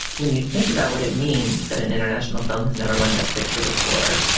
when you think about what it means that an international film has never won best picture before.